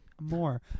more